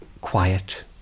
quiet